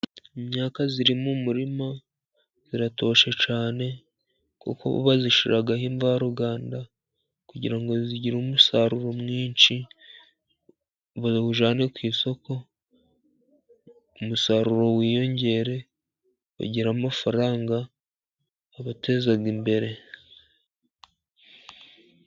Imyaka iri mu murima iratoshe cyane, kuko bazishoraho imvaruganda, kugira ngo igire umusaruro mwinshi, bawujyane ku isoko, umusaruro wiyongere, bagira amafaranga abateza imbere.